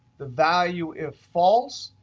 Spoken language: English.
the value if false.